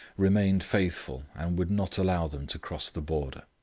remained faithful, and would not allow them to cross the border.